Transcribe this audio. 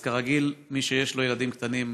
כרגיל, מי שיש לו ילדים קטנים,